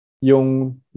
Yung